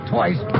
Twice